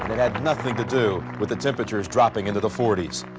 it had nothing to do with the temperatures dropping into the forties.